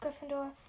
Gryffindor